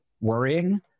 worrying